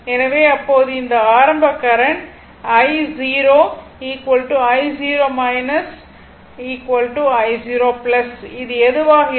எனவே அப்போது இந்த ஆரம்ப கரண்ட் i0 i0 i0 இது எதுவாக இருந்தாலும் அது 5 0